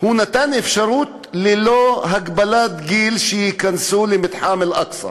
הוא נתן אפשרות להיכנס ללא הגבלת גיל למתחם אל-אקצא,